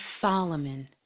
Solomon